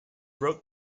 wrote